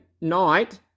night